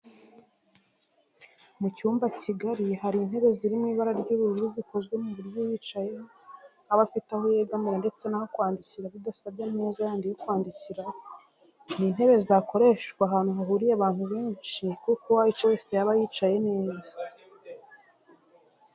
Mu cyumba kigari hari Intebe ziri mu ibara ry'ubururu zikozwe ku buryo uyicayeho aba afite aho yegamira ndetse n'aho kwandikira bidasabye ameza yandi yo kwandikiraho, Ni intebe zakoreshwa ahantu hahuriye abantu benshi kuko uwayicaraho wese yaba yicaye neza.